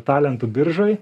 talentų biržoj